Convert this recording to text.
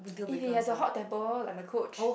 if he has a hot temper like my coach